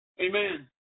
Amen